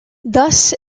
thus